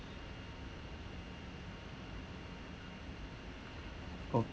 okay